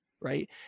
right